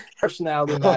Personality